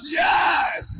yes